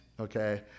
okay